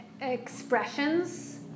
expressions